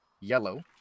yellow